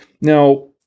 Now